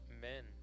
men